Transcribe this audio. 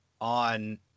on